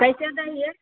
कैसे दै हिए